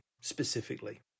specifically